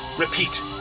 repeat